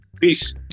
Peace